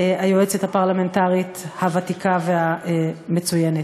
היועצת הפרלמנטרית הוותיקה והמצוינת.